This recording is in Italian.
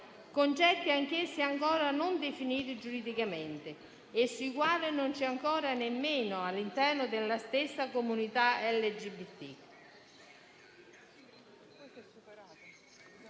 concetti anch'essi ancora non definiti giuridicamente e sui quali non c'è ancora convergenza nemmeno all'interno della stessa comunità LGBT.